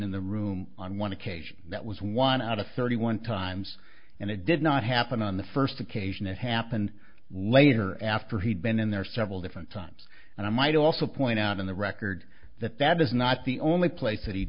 in the room on one occasion that was one out of thirty one times and it did not happen on the first occasion it happened later after he'd been in there several different times and i might also point out in the record that that is not the only place that he